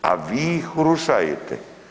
A vi ih urušajete.